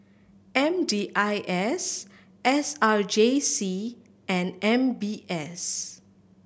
M D I S S R J C and M B S